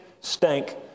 stank